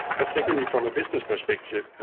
but secondly, from a business perspective,